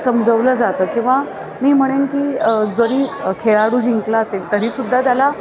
समजवलं जातं किंवा मी म्हणेन की जरी खेळाडू जिंकला असेल तरीसुद्धा त्याला